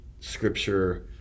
scripture